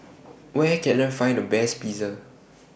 Where Can I Find The Best Pizza